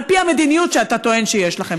על פי המדיניות שאתה טוען שיש לכם.